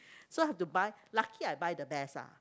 so have to buy lucky I buy the best lah